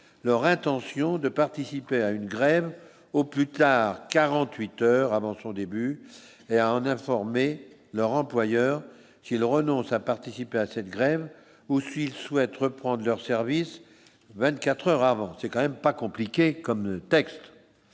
leur intention de participer à une grève au plus tard 48 heures avant son début et à en informer leur employeur qu'il renonce à participer à cette grève, ou s'ils souhaitent reprendre leur service 24 heures avant, c'est quand même pas compliqué comme texte